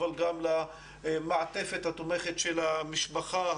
אבל גם למעטפת התומכת של המשפחה,